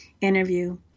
interview